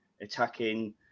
attacking